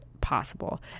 possible